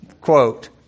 quote